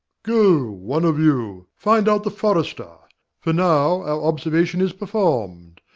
go, one of you, find out the forester for now our observation is perform'd,